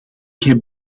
heb